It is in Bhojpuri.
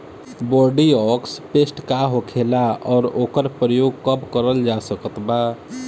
बोरडिओक्स पेस्ट का होखेला और ओकर प्रयोग कब करल जा सकत बा?